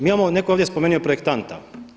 Mi imamo, netko je ovdje spomenuo projektanta.